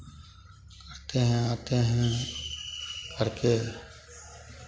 जाते हैं आते हैं करके